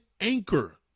anchor